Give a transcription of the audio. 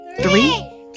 Three